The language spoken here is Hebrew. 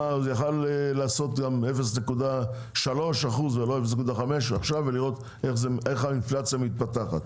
יכול גם לקבוע 0.3% ולא 0.5% עכשיו ולראות איך האינפלציה מתפתחת.